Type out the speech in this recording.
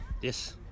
Yes